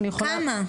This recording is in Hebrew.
כמה?